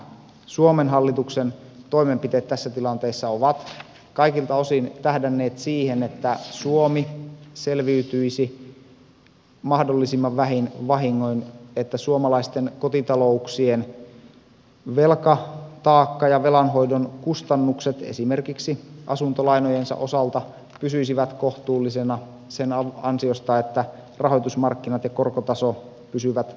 suomen hallituksen toimenpiteet tässä tilanteessa ovat kaikilta osin tähdänneet siihen että suomi selviytyisi mahdollisimman vähin vahingoin että suomalaisten kotitalouksien velkataakka ja velanhoidon kustannukset esimerkiksi asuntolainojen osalta pysyisivät kohtuullisina sen ansiosta että rahoitusmarkkinat ja korkotaso pysyvät vakaina